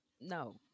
no